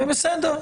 בסדר.